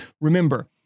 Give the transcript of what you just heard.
Remember